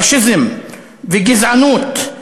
פאשיזם וגזענות,